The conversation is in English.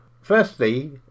firstly